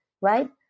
right